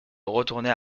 retourner